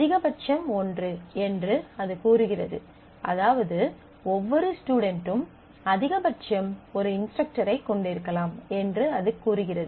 அதிகபட்சம் ஒன்று என்று அது கூறுகிறது அதாவது ஒவ்வொரு ஸ்டுடென்ட்டும் அதிக பட்சம் ஒரு இன்ஸ்ட்ரக்டரைக் கொண்டிருக்கலாம் என்று அது கூறுகிறது